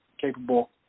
capable